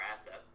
assets